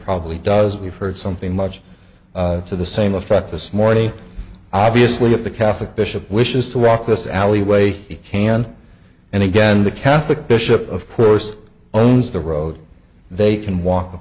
probably does we've heard something much to the same effect this morning obviously of the catholic bishop wishes to walk this alleyway he can and again the catholic bishop of course owns the road they can walk